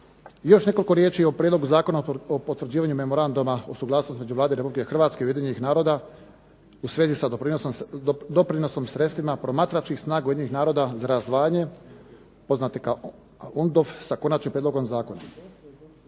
još nekoliko riječi o Prijedlogu zakona o potvrđivanju Memoranduma o suglasnosti između Vlade Republike Hrvatske i Ujedinjenih naroda u svezi sa doprinosom, sredstvima promatračkih snaga Ujedinjenih naroda za razdvajanje poznate kao UNDOF s konačnim prijedlogom zakona.